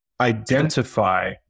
identify